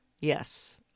Yes